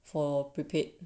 for prepaid